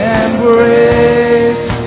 embrace